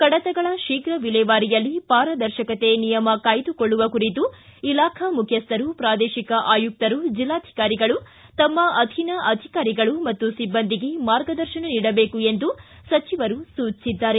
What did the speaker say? ಕಡತಗಳ ಶೀಘ್ರ ವಿಲೇವಾರಿಯಲ್ಲಿ ಪಾರದರ್ಶಕತೆ ನಿಯಮ ಕಾಯ್ದುಕೊಳ್ಳುವ ಕುರಿತು ಇಲಾಖಾ ಮುಖ್ಯಸ್ಲರು ಪ್ರಾದೇಶಿಕ ಆಯುಕ್ತರು ಜಿಲ್ಲಾಧಿಕಾರಿಗಳು ತಮ್ಮ ಅಧೀನ ಅಧಿಕಾರಿಗಳು ಹಾಗೂ ಸಿಬ್ಬಂದಿಗೆ ಮಾರ್ಗದರ್ಶನ ನೀಡಬೇಕು ಎಂದು ಸಚಿವರು ಸೂಚಿಸಿದ್ದಾರೆ